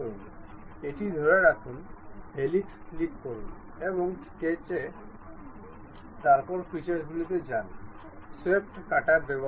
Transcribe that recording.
সুতরাং এখন আমরা এই লিনিয়ার কাপলারটি পরীক্ষা করব